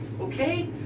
Okay